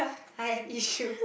I have issues